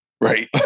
right